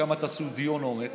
שם תעשו דיון עומק.